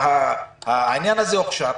העניין הזה הוכשר,